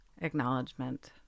acknowledgement